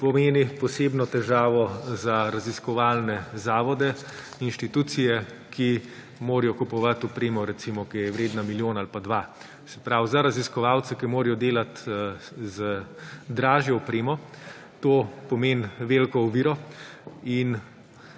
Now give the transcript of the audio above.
pomeni posebno težavo za raziskovalne zavode, inštitucije, ki morajo kupovati opremo, ki je vredna milijon ali pa dva. Se pravi, da za raziskovalce, ki morajo delati z dražjo opremo, to pomeni veliko oviro.